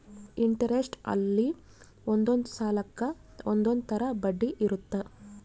interest ಅಲ್ಲಿ ಒಂದೊಂದ್ ಸಾಲಕ್ಕ ಒಂದೊಂದ್ ತರ ಬಡ್ಡಿ ಇರುತ್ತ